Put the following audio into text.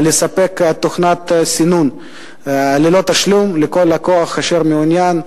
לספק תוכנת סינון ללא תשלום לכל לקוח שמעוניין,